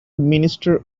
minister